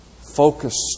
focused